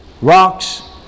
rocks